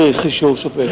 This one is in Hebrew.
לא צריך אישור שופט.